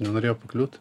nenorėjo pakliūt